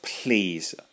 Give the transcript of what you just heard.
please